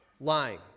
lying